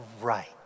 right